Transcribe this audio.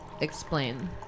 explain